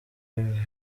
ibi